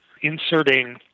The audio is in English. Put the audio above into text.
inserting